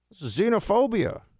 xenophobia